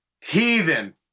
heathen